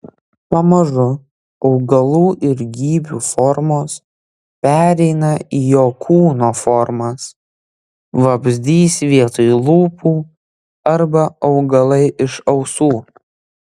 pamažu augalų ir gyvių formos pereina į jo kūno formas vabzdys vietoj lūpų arba augalai iš ausų